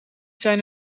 zijn